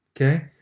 Okay